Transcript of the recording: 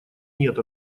нет